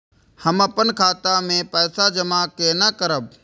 हम अपन खाता मे पैसा जमा केना करब?